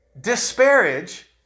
disparage